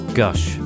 gush